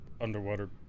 underwater